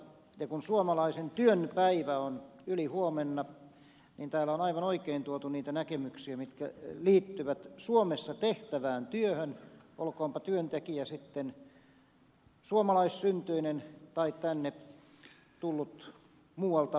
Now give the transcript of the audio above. ja kun suomalaisen työn päivä on ylihuomenna niin täällä on aivan oikein tuotu esiin niitä näkemyksiä mitkä liittyvät suomessa tehtävään työhön olkoonpa työntekijä sitten suomalaissyntyinen tai tänne tullut muualta käsin